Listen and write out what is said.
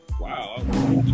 wow